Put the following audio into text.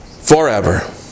forever